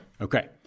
Okay